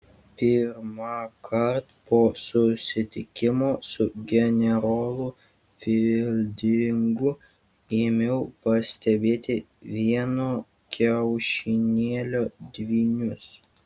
pirmąkart po susitikimo su generolu fildingu ėmiau pastebėti vieno kiaušinėlio dvynius